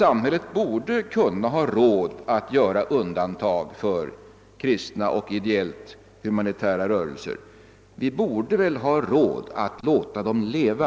Samhället borde kunna ha råd att göra undantag för kristna och ideellt humanitära rörelser. Vi borde ha råd att låta dem leva.